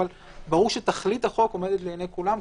אבל ברור שתכלית החוק עומדת לעיני כולם,